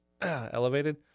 Elevated